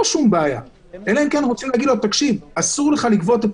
עוד שנתיים מישהו יגיע ויגידו לו: אתה לא